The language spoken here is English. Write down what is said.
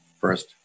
First